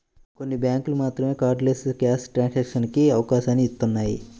కొన్ని బ్యేంకులు మాత్రమే కార్డ్లెస్ క్యాష్ ట్రాన్సాక్షన్స్ కి అవకాశాన్ని ఇత్తన్నాయి